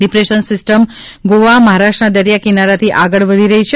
depression system Goa મહારાષ્ટ્રના દરિયા કિનારથી આગળ વધી રહી છે